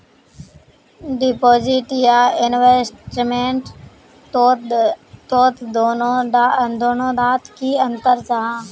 Deposit या investment तोत दोनों डात की अंतर जाहा?